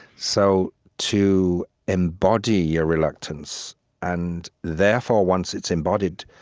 so to embody your reluctance and, therefore, once it's embodied,